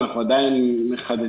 אנחנו עדין מחדדים